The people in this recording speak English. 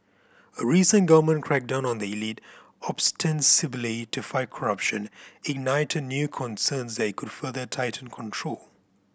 a recent government crackdown on the elite ostensibly to fight corruption ignited new concerns that it could further tighten control